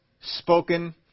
spoken